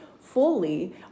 fully